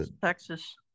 texas